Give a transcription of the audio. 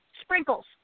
sprinkles